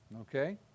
Okay